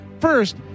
First